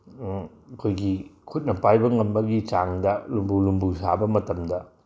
ꯑꯩꯈꯣꯏꯒꯤ ꯈꯨꯠꯅ ꯄꯥꯏꯕ ꯉꯝꯕꯒꯤ ꯆꯥꯡꯗ ꯂꯨꯝꯕꯨ ꯂꯨꯝꯕꯨ ꯁꯥꯕ ꯃꯇꯝꯗ